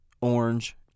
orange